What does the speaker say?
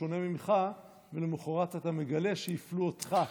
שונה ממך ולמוחרת אתה מגלה שהפלו אותך.